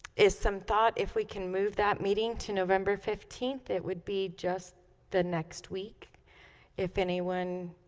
is some thought if we can move that meeting to november fifteenth it would be just the next week if anyone